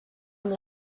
amb